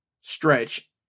stretch